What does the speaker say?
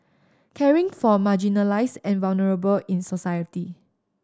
caring for marginalised and vulnerable in society